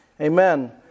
amen